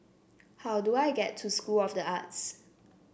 how do I get to School of the Arts